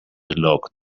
locked